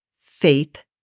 faith